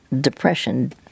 depression